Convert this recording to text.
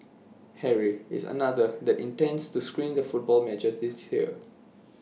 Harry is another that intends to screen the football matches this year